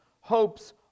hopes